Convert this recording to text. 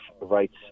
Rights